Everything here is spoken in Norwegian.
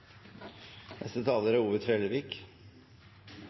Neste taler er